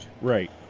Right